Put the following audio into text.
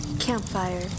Campfire